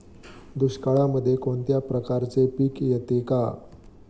दुष्काळामध्ये कोणत्या प्रकारचे पीक येते का?